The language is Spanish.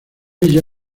ella